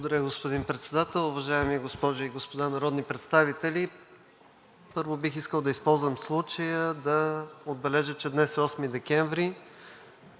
Благодаря Ви, господин Председател. Уважаеми госпожи и господа народни представители! Първо, бих искал да използвам случая да отбележа, че днес е 8 декември,